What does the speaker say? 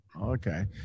Okay